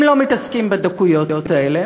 הם לא מתעסקים בדקויות האלה.